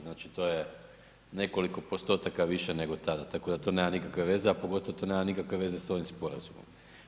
Znači to je nekoliko postotaka više nego tada tako da to nema nikakve veze a pogotovo to nema nikakve veze sa ovim sporazumom.